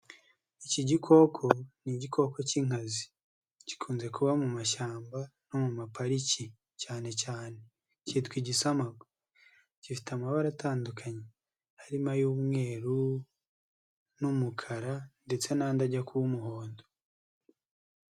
Iki gikoko ni igikoko k'inkazi, gikunze kuba mu mashyamba no mu mapariki cyane cyane kitwa igisamagwe, gifite amabara atandukanye harimo ay'umweru n'umukara ndetse n'andi ajya kuba umuhondo.